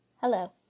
Hello